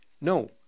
no